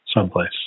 Someplace